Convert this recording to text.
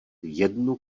jednu